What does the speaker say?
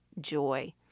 joy